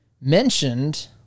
mentioned –